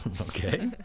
Okay